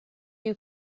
you